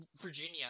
Virginia